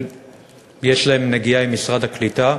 שיש להם נגיעה למשרד הקליטה